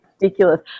ridiculous